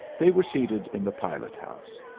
they were seated in the pilot-house,